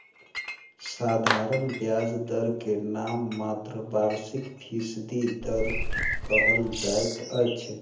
साधारण ब्याज दर के नाममात्र वार्षिक फीसदी दर कहल जाइत अछि